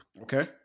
Okay